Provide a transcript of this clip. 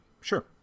Sure